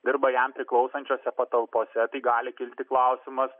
dirba jam priklausančiose patalpose tai gali kilti klausimas